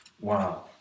Wow